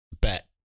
bet